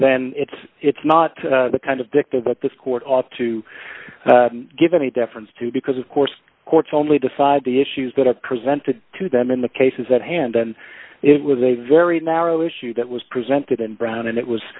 then it's it's not the kind of victim what this court ought to give any deference to because of course courts only decide the issues that are presented to them in the cases that hand then it was a very narrow issue that was presented in brown and it was